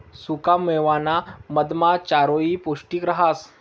सुखा मेवाना मधमा चारोयी पौष्टिक रहास